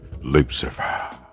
Lucifer